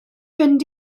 fynd